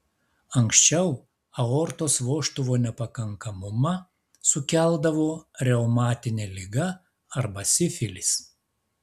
anksčiau aortos vožtuvo nepakankamumą sukeldavo reumatinė liga arba sifilis